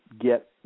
get